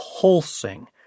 pulsing